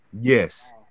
Yes